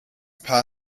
paar